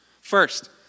First